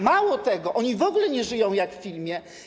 Mało tego, oni w ogóle nie żyją jak w filmie.